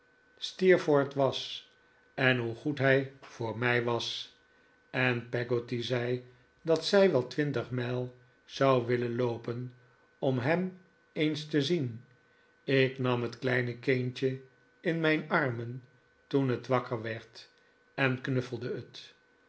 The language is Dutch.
steerforth was en hoe goed hij voor mij was en peggotty zei dat zij wel twintig mijl zou willen loopen om hem eens te zien ik nam het kleine kindje in mijn armen toen het wakker werd en knuffelde het